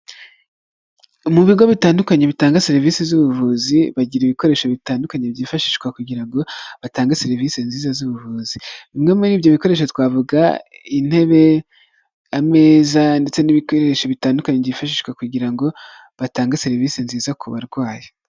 Mu bigo bitandukanye bitanga serivisi z'ubuvuzi, bagira ibikoresho bitandukanye byifashishwa kugira ngo batange serivisi nziza z'ubuvuzi. Bimwe muri ibyo bikoresho twavuga intebe, ameza ndetse n'ibikoresho bitandukanye byifashishwa kugira ngo batange serivisi nziza ku barwayi.